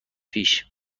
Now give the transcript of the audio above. پیش